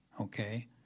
okay